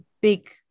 big